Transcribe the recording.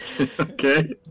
Okay